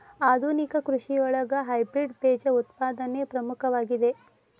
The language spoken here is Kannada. ಆಧುನಿಕ ಕೃಷಿಯೊಳಗ ಹೈಬ್ರಿಡ್ ಬೇಜ ಉತ್ಪಾದನೆ ಪ್ರಮುಖವಾಗಿದೆ